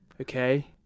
okay